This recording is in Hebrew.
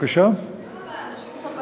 למה נשים,